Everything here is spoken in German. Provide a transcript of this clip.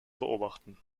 beobachten